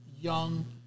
young